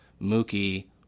Mookie